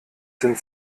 sind